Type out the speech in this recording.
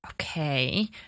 Okay